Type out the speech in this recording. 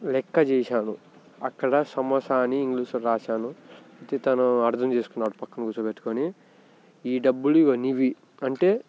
లెక్క చేశాను అక్కడ సమోసా అని ఇంగ్లీషులో రాశాను అయితే తను అర్థం చేసుకున్నాడు పక్కన కూర్చోబెట్టుకుని ఈ డబ్బులు ఇదిగో నీవి అంటే